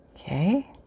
Okay